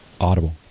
Audible